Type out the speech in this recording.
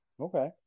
okay